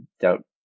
doubt